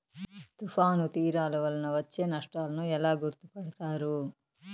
తుఫాను తీరాలు వలన వచ్చే నష్టాలను ఎలా గుర్తుపడతారు?